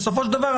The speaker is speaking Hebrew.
בסופו של דבר,